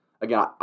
again